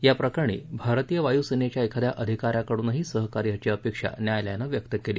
याप्रकरणी भारतीय वायू सेनेच्या एखाद्या अधिका याकडूनही सहकार्याची अपेक्षा न्यायालयानं व्यक्त केली